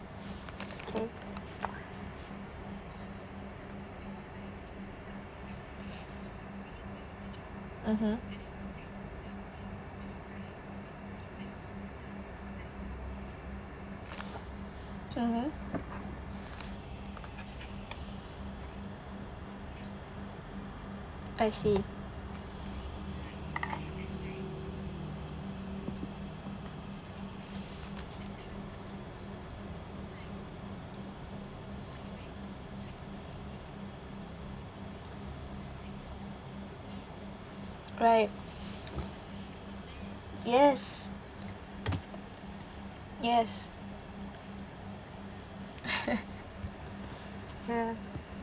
okay mmhmm mmhmm I see right yes yes uh